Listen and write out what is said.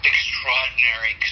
extraordinary